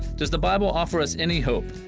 does the bible offer us any hope?